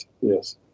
Yes